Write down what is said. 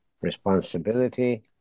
responsibility